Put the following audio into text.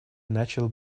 начал